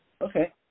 okay